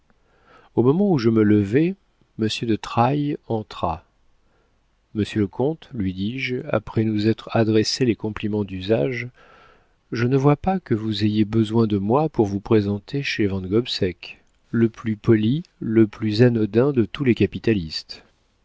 au moment où je me levais monsieur de trailles entra monsieur le comte lui dis-je après nous être adressé les compliments d'usage je ne vois pas que vous ayez besoin de moi pour vous présenter chez van gobseck le plus poli le plus anodin de tous les capitalistes